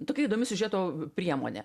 tokia įdomi siužeto priemonė